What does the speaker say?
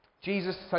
Jesus